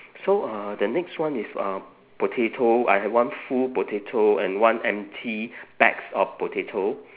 so uh the next one is uh potato I have one full potato and one empty bags of potato